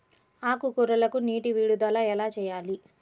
ఆకుకూరలకు నీటి విడుదల ఎలా చేయాలి?